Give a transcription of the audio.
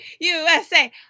USA